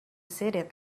seated